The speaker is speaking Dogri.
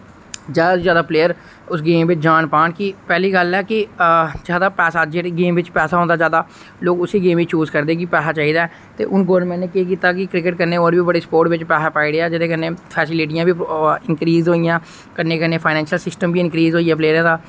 ज्यादा तो ज्यादा प्लेयर उस गेम बिच जान पान कि पैह्ली गल्ल ऐ कि ज्यादा पैसा जेह्ड़ी गेम विच पैसा होंदा ज्यादा लोग उस्सी गेम ही चूस करदे कि पैसा चाहिदा ऐ ते हुन गोरमैंट ने केह् कीत्ता कि क्रिकेट कन्नै और बी बड़े स्पोर्ट बिच पैसा पाई ओड़ेआ जेह्दे कन्नै फैसिलिटियां वि इनक्रीस होइयां कन्नै कन्नै फाइनेंशियल सिस्टम वि इनक्रीस होइया प्लेयरें दा